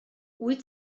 wyt